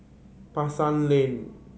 Pasar Lane